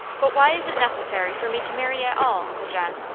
but why is it necessary for me to marry at all, uncle john?